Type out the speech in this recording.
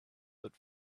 but